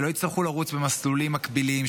שלא יצטרכו לרוץ במסלולים מקבילים,